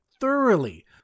thoroughly